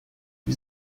wie